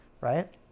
Right